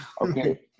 Okay